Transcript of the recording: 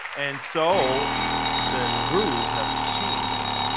and so the rules have changed.